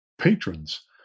patrons